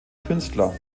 künstler